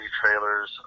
trailers